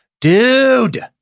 Dude